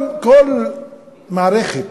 כל מערכת